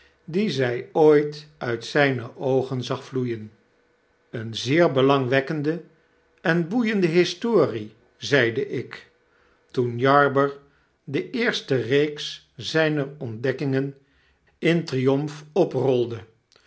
die zij ooit uit zyne oogen zag vloeien eene zeer belangwekkende en boeiende histories zeide ik toen jarber de eerste reeks zijner ontdekkingen in triumf oprolde